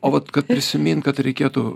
o vat kad prisimint kad reikėtų